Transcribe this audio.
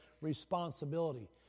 responsibility